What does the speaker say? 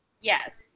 Yes